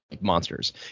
Monsters